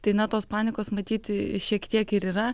tai na tos panikos matyt šiek tiek ir yra